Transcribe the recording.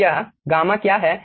तो यह गामा क्या है